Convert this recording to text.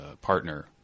partner